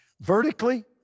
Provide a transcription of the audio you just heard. Vertically